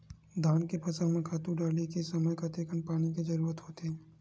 धान के फसल म खातु डाले के समय कतेकन पानी के जरूरत होथे?